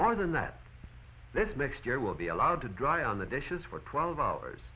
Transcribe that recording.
more than that that's next year will be allowed to dry on the dishes for twelve hours